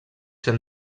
ser